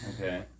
Okay